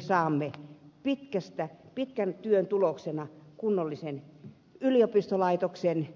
nyt me saamme pitkän työn tuloksena kunnollisen yliopistolaitoksen